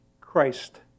Christ